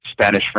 Spanish